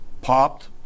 popped